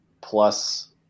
plus